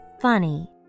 funny